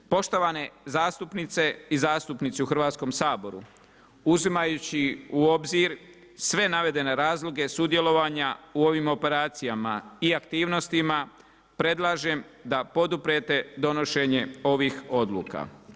Poštovane zastupnice i zastupnici u Hrvatskom saboru, uzimajući u obzir sve navedene razloge sudjelovanja u ovim operacijama i aktivnostima predlažem da poduprete donošenje ovih odluka.